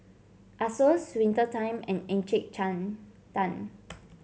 Asos Winter Time and Encik Tan